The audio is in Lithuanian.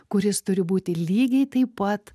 kuris turi būti lygiai taip pat